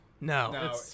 No